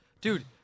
dude